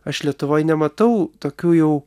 aš lietuvoj nematau tokių jau